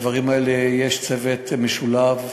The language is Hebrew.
לדברים האלה יש צוות משולב,